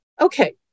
Okay